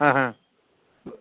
ହଁ ହଁ